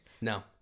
No